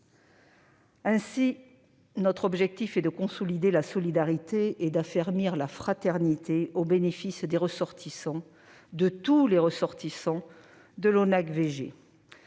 Ainsi, notre objectif est de consolider la solidarité et d'affermir la fraternité au bénéfice des ressortissants, de tous les ressortissants, de l'ONACVG.